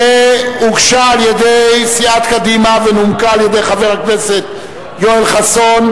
שהוגשה על-ידי סיעת קדימה ונומקה על-ידי חבר הכנסת יואל חסון,